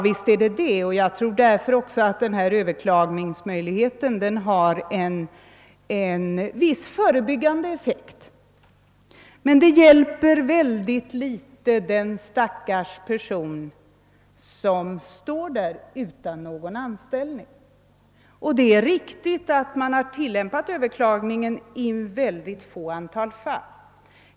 Det är riktigt, och jag tror också att denna överklagningsmöjlighet har en viss förebyggande effekt. Men den hjälper väldigt litet den stackars person som står där utan anställning. Det är också riktigt att möjligheten att överklaga utnyttjats i ett mycket litet antal fall.